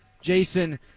Jason